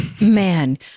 Man